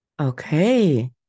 Okay